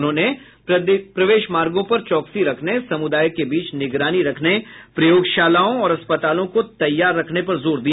उन्होंने प्रवेश मार्गों पर चौकसी रखने समुदाय के बीच निगरानी रखने प्रयोगशालाओं और अस्पतालों को तैयार रखने पर जोर दिया